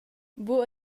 buc